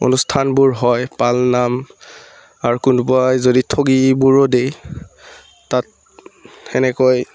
অনুষ্ঠানবোৰ হয় পাল নাম আৰু কোনোবাই যদি ঠগীবোৰো দিয়ে তাত সেনেকৈ